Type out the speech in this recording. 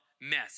mess